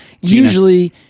usually